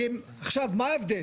כי עכשיו, מה הבדל?